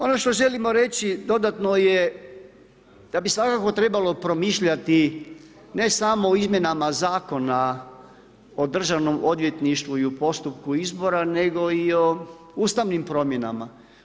Ono što želimo reći dodatno je da bi svakako trebalo promišljati, ne samo o izmjenama Zakona o državnom odvjetništvu i u postupku izbora, nego i o Ustavnim promjenama.